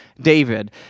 David